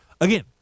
Again